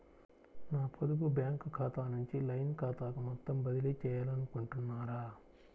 నా పొదుపు బ్యాంకు ఖాతా నుంచి లైన్ ఖాతాకు మొత్తం బదిలీ చేయాలనుకుంటున్నారా?